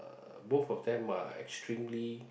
uh both of them are extremely